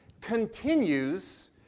continues